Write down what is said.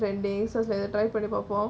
trending so இதை: ithai try பாப்போம்: pappaoom